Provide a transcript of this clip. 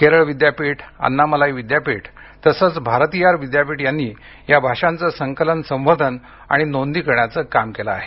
केरळ विद्यापीठ अन्नामलाई विद्यापीठ तसंच भारतियार विद्यापीठ यांनी या भाषांचं संकलन संवर्धन आणि नोंदी करण्याचं काम केलं आहे